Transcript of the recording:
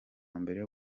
mbere